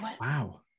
Wow